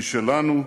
היא שלנו,